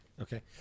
Okay